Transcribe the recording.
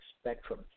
spectrum